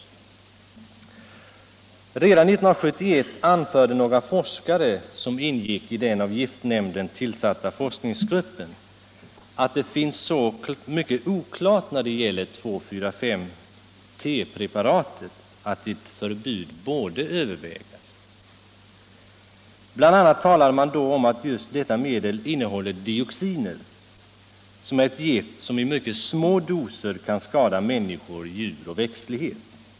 Redan 1971 anförde några forskare, som ingick i den av giftnämnden tillsatta forskningsgruppen, att det finns så mycket oklart när det gäller 2,4,5-T-preparatet att ett förbud borde övervägas. Bl. a. talade man då om att just detta medel innehåller dioxiner, som är ett gift som i mycket små doser kan skada människor, djur och växtlighet.